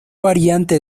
variante